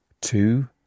Two